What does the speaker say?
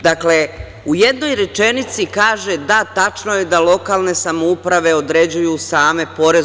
Dakle, u jednoj rečenici kaže - da, tačno je da lokalne samouprave određuje same porez.